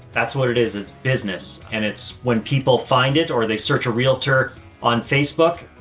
that's what it is. it's business and it's when people find it or they search a realtor on facebook,